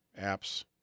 apps